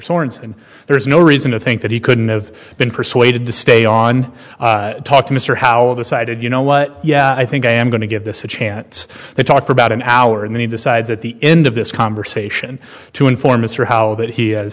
sorenson and there is no reason to think that he couldn't have been persuaded to stay on talk to mr howell decided you know what yeah i think i am going to give this a chance to talk for about an hour and then he decides at the end of this conversation to inform mr howe that he has